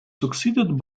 succeeded